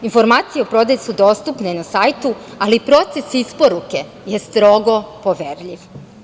Informacije o prodaji su dostupne na sajtu, ali proces isporuke je strogo poverljiv.